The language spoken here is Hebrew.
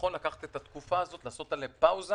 נכון לקחת את התקופה הזו, לעשות עליה פאוזה